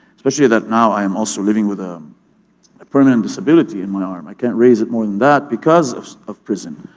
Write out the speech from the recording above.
especially that now i am also living with um a permanent disability in my arm, i can't raise it more than that because of of prison,